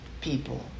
people